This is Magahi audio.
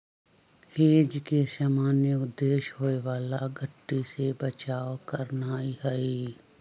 हेज के सामान्य उद्देश्य होयबला घट्टी से बचाव करनाइ हइ